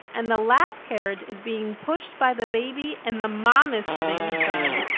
and the last carriage is being pushed by the baby and the mom is sitting inside.